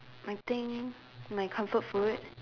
I think my comfort food